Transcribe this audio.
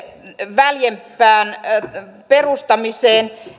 väljempään perustamiseen